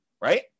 right